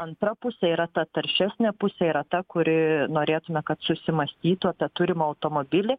antra pusė yra ta taršesnė pusė yra ta kuri norėtume kad susimąstytų apie turimą automobilį